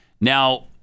Now